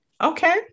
Okay